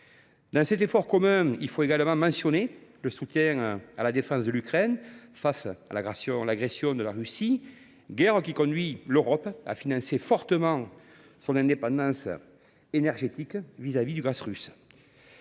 Dans cet effort commun, il faut également mentionner le soutien à la défense de l’Ukraine face à l’agression de la Russie, guerre qui conduit l’Europe à financer fortement son indépendance énergétique vis à vis du gaz russe.